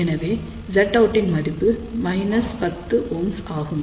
எனவே Zout இன் மதிப்பு 10Ω ஆகும்